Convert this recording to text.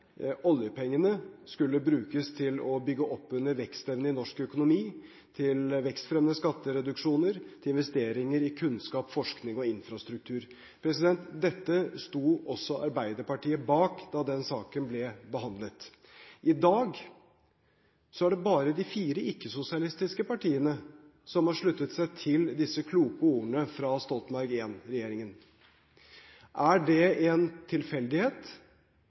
oljepengene skulle brukes til å bygge opp under vekstevnen i norsk økonomi, til vekstfremmende skattereduksjoner og til investeringer i kunnskap, forskning og infrastruktur. Dette sto også Arbeiderpartiet bak da den saken ble behandlet. I dag er det bare de fire ikke-sosialistiske partiene som har sluttet seg til disse kloke ordene fra Stoltenberg I-regjeringen. Er det en tilfeldighet,